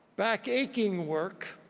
backacheing work,